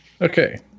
Okay